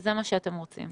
שזה מה שאתם רוצים.